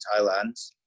Thailand